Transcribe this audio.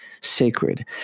sacred